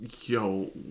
yo